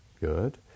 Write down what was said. good